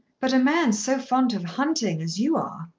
but a man so fond of hunting as you are!